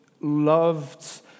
loved